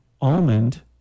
almond